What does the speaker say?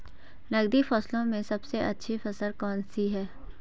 नकदी फसलों में सबसे अच्छी फसल कौन सी है?